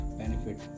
benefit